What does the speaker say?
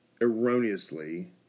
erroneously